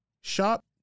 Shop